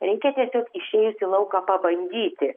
reikia tiesiog išėjus į lauką pabandyti